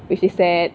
which is sad